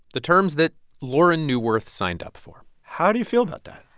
the terms that lauren neuwirth signed up for how do you feel about that?